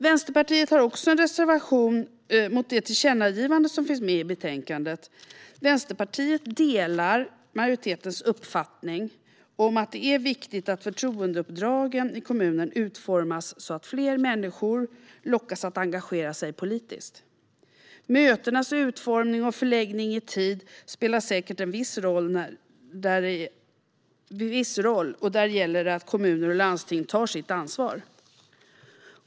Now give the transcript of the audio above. Vänsterpartiet har också en reservation gällande det tillkännagivande som finns med i betänkandet. Vänsterpartiet delar majoritetens uppfattning att det är viktigt att förtroendeuppdragen i kommunen utformas så att fler människor lockas att engagera sig politiskt. Mötenas utformning och förläggning i tid spelar säkert viss roll, och där gäller det att kommuner och landsting tar sitt ansvar.